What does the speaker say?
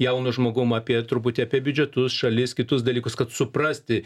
jaunu žmogum apie truputį apie biudžetus šalis kitus dalykus kad suprasti